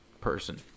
person